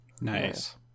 Nice